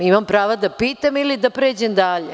Imam prava da pitam ili da pređem dalje.